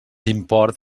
import